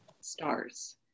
stars